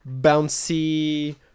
bouncy